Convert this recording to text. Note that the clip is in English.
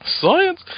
Science